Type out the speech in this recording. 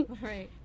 Right